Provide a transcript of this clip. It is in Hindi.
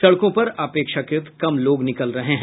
सड़कों पर अपेक्षाकृत कम लोग निकल रहे हैं